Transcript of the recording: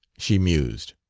she mused.